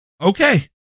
Okay